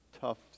tough